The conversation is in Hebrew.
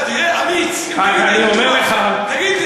אין לך תשובה.